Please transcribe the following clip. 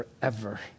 forever